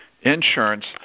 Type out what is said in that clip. insurance